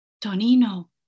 Tonino